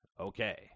Okay